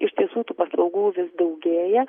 iš tiesų tų paslaugų vis daugėja